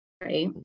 Right